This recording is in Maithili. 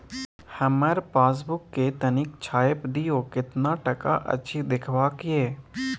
हमर पासबुक के तनिक छाय्प दियो, केतना टका अछि देखबाक ये?